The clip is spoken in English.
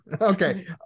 Okay